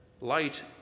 Light